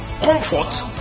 comfort